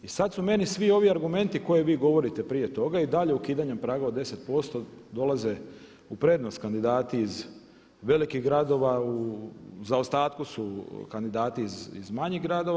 I sad su meni svi ovi argumenti koje vi govorite prije toga i daljem ukidanju praga od 10% dolaze u prednost kandidati iz velikih gradova, u zaostatku su kandidati iz manjih gradova.